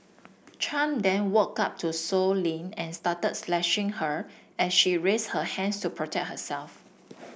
Chan then walked up to Sow Lin and started slashing her as she raised her hands to protect herself